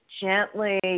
gently